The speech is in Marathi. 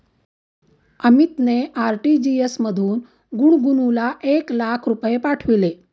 अमितने आर.टी.जी.एस मधून गुणगुनला एक लाख रुपये पाठविले